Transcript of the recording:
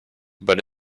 but